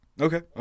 Okay